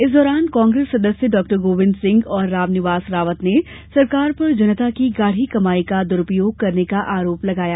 इस दौरान कांग्रेस सदस्य डॉ गोविंद सिंह और रामनिवास रावत ने सरकार पर जनता की गाढ़ी कमाई का दुरूपयोग करने का आरोप लगाया